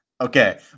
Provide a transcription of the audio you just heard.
Okay